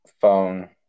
phone